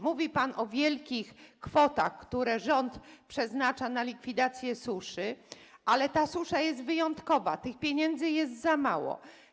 Mówi pan o wielkich kwotach, które rząd przeznacza na likwidację suszy, ale ta susza jest wyjątkowa, tych pieniędzy jest za mało.